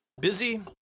busy